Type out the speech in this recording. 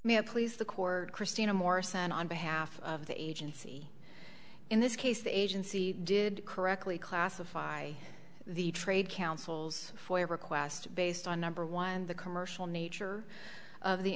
have please the court christina morrison on behalf of the agency in this case the agency did correctly classify the trade counsels for a request based on number one the commercial nature of the